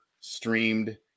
streamed